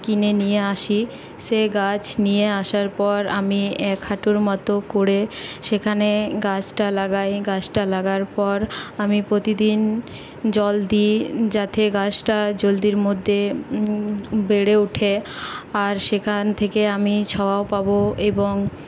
কিনে নিয়ে আসি সেই গাছ নিয়ে আসার পর আমি এক হাঁটুর মতো করে সেখানে গাছটা লাগাই গাছটা লাগার পর আমি প্রতিদিন জল দিই যাতে গাছটা জলদির মধ্যে বেড়ে ওঠে আর সেখান থেকে আমি ছায়া পাবো এবং